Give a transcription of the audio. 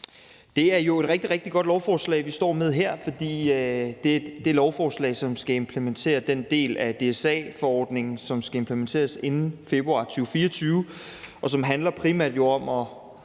Det er jo et rigtig, rigtig godt lovforslag, vi står med her, for det er et lovforslag, der skal implementere den del af DSA-forordningen, som skal implementeres inden februar 2024, og som jo primært handler om at